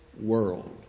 world